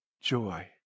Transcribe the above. joy